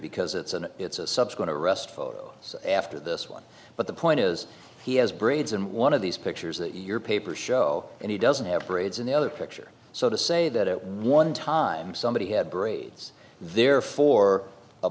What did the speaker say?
because it's an it's a sub going to rest so after this one but the point is he has braids in one of these pictures that your papers show and he doesn't have parades in the other picture so to say that one time somebody had braids there for a